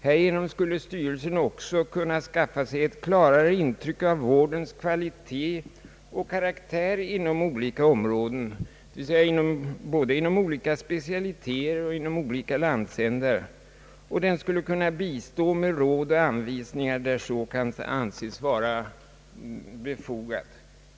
Härigenom skulle styrelsen också kunna skaffa sig ett klarare intryck av vårdens kvalitet och karaktär inom olika områden, d. v. s. både inom olika specialiteter och olika landsändar. Man skulle kunna bistå med råd och anvisningar, där så kan anses vara befogat.